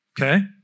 Okay